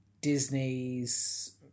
Disney's